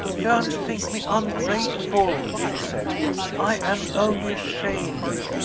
don't think me ungrateful, she said i am only ashamed.